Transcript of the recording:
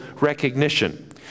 recognition